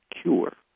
cure